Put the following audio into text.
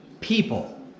people